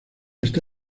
está